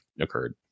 occurred